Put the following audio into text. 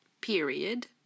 Period